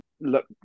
look